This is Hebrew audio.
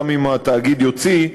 גם אם התאגיד יוציא,